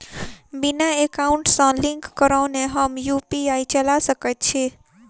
बिना एकाउंट सँ लिंक करौने हम यु.पी.आई चला सकैत छी?